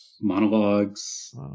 monologues